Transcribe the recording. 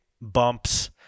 bumps